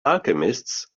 alchemists